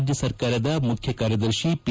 ರಾಜ್ಯ ಸರ್ಕಾರದ ಮುಖ್ಯ ಕಾರ್ಯದರ್ಶಿ ಪಿ